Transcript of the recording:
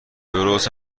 درست